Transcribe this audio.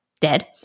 dead